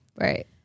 Right